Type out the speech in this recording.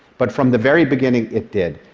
but from the very beginning, it did.